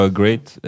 great